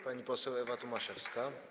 Pani poseł Ewa Tomaszewska.